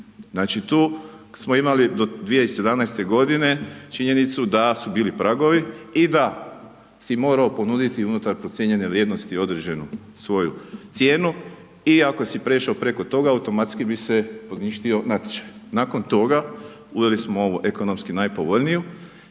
tu smo imali do 2017. godine činjenicu da su bili pragovi i da si morao ponuditi unutar procijenjene vrijednosti određenu svoju cijenu i ako si prošao preko toga automatski bi se poništio natječaj. Nakon toga, uveli smo ovu ekonomski najpovoljniju